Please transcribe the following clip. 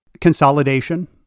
consolidation